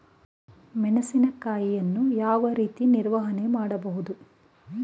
ಮೆಣಸಿನಕಾಯಿಯನ್ನು ಯಾವ ರೀತಿ ನಿರ್ವಹಣೆ ಮಾಡಬಹುದು?